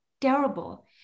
terrible